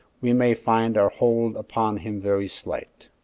we may find our hold upon him very slight.